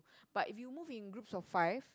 but if you move in groups of five